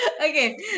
okay